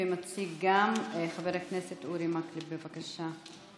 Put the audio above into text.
מציג גם חבר הכנסת אורי מקלב, בבקשה.